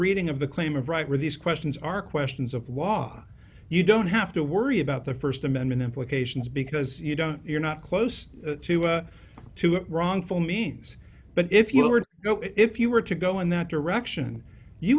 reading of the claim of right where these questions are questions of law you don't have to worry about the st amendment implications because you don't you're not close to a wrongful means but if you were to go if you were to go in that direction you